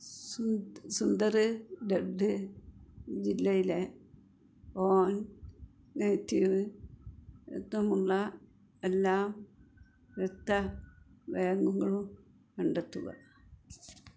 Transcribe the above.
Sunda Sundargarh ജില്ലയിലെ O negative രക്തമുള്ള എല്ലാ രക്തബാങ്കുകളും കണ്ടെത്തുക